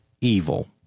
evil